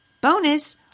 bonus